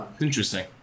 Interesting